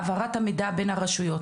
העברת המידע בין הרשויות.